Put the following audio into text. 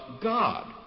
God